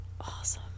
Awesome